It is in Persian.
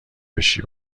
بشی